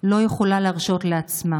לא יכולה להרשות לעצמה.